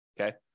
Okay